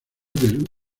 del